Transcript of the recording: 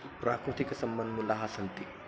प्राकृतिकसम्पन्मूलाः सन्ति